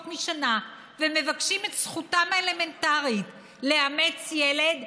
משנה ומבקשים את זכותם האלמנטרית לאמץ ילד,